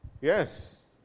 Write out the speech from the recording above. Yes